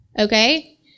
okay